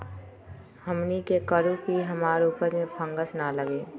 हमनी की करू की हमार उपज में फंगस ना लगे?